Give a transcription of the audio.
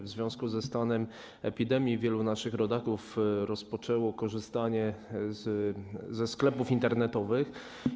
W związku ze stanem epidemii wielu naszych rodaków zaczęło korzystać ze sklepów internetowych.